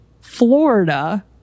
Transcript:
Florida